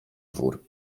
dwór